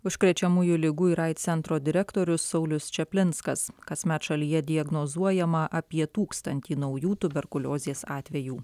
užkrečiamųjų ligų ir aids centro direktorius saulius čaplinskas kasmet šalyje diagnozuojama apie tūkstantį naujų tuberkuliozės atvejų